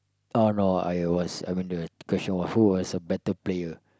I don't know I was I went to the question was who was a better player